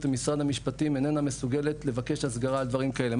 במשרד המשפטים לא מסוגלת לבקש הסגרה על דברים כאלה.